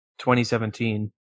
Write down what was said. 2017